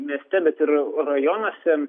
mieste bet ir rajonuose